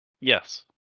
Yes